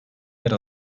yer